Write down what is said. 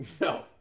No